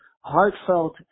heartfelt